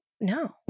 No